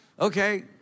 okay